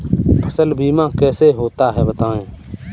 फसल बीमा कैसे होता है बताएँ?